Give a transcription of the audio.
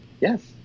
Yes